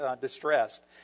distressed